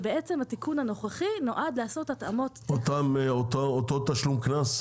ובעצם התיקון הנוכחי נועד לעשות התאמות --- אותו תשלום קנס?